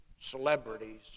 celebrities